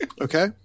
Okay